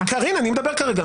קארין, אני מדבר כרגע.